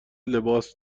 لباس